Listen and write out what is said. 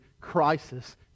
crisis